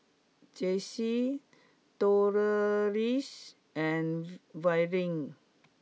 Jessi Delois and Verlin